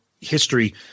history